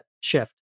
shift